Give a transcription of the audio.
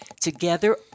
Together